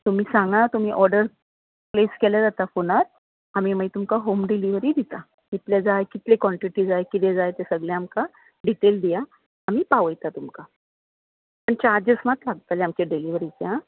तुमी सांगा तुमी ऑर्डर प्लेस केल्यार जाता फोनार आमी मागीर तुमकां होम डिलीवरीय दिता कितलें जाय कितलें काँटिटी जाय कितें जाय तें सगळें आमकां डिटेल दिया आमी पावयता तुमकां आनी चार्जेस मात लागतले आमचे डिलीवरीचे आं